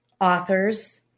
authors